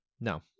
No